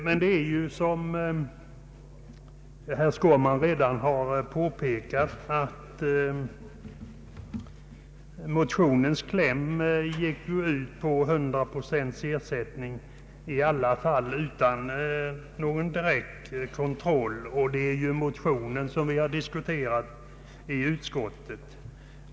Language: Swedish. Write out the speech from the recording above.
Som herr Skårman redan påpekat, gick motionens kläm ut på 100 procents ersättning utan någon direkt kontroll, och det är ju motionen som vi diskuterat i utskottet.